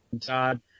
Todd